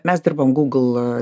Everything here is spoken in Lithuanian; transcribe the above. mes dirbam google